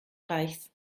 reichs